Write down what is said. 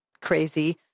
crazy